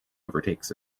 overtakes